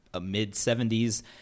mid-70s